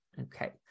Okay